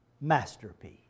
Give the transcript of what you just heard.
masterpiece